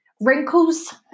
Wrinkles